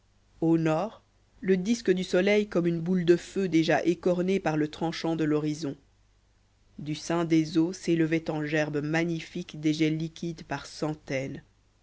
au nord le disque du soleil comme une boule de feu déjà écornée par le tranchant de l'horizon du sein des eaux s'élevaient en gerbes magnifiques des jets liquides par centaines